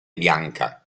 bianca